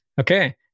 Okay